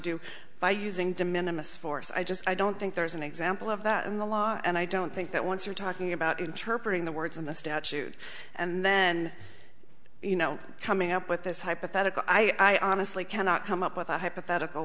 do by using de minimus force i just i don't think there is an example of that in the law and i don't think that once you're talking about interpret the words in the statute and then you know coming up with this hypothetical i honestly cannot come up with a hypothetical